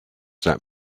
that